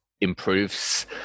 improves